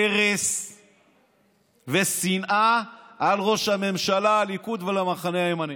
ארס ושנאה על ראש הממשלה, הליכוד ועל המחנה הימני.